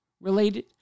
related